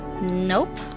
Nope